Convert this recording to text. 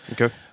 Okay